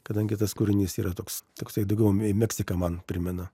kadangi tas kūrinys yra toks toksai daugiau me meksiką man primena